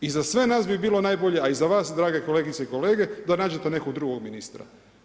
I za sve nas bi bilo najbolje, a i za vas drage kolegice i kolege, da nađete nekog drugog ministra.